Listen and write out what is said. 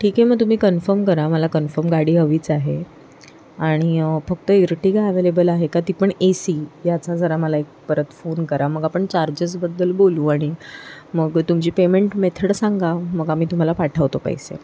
ठीक आहे मग तुम्ही कन्फम करा मला कन्फम गाडी हवीच आहे आणि फक्त इरटीगा अॅव्हेलेबल आहे का ती पण ए सी ह्याचा जरा मला एक परत फोन करा मग आपण चार्जेसबद्दल बोलू आणि मग तुमची पेमेंट मेथड सांगा मग आम्ही तुम्हाला पाठवतो पैसे